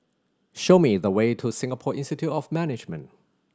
show me the way to Singapore Institute of Management